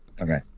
Okay